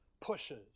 pushes